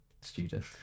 student